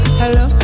hello